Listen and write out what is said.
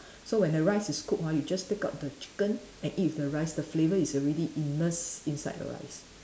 so when the rice is cooked ha you just take out the chicken and eat with the rice the flavour is already immersed inside the rice